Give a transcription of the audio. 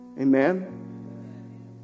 Amen